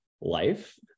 life